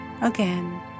Again